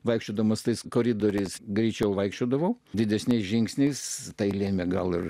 vaikščiodamas tais koridoriais greičiau vaikščiodavau didesniais žingsniais tai lėmė gal ir